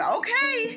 okay